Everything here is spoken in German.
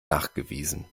nachgewiesen